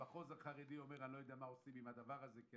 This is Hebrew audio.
המחוז החרדי אומר: אני לא יודע מה עושים עם הדבר הזה כי